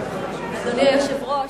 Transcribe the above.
אדוני היושב-ראש,